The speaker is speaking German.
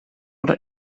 oder